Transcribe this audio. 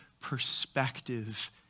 perspective